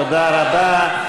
תודה רבה.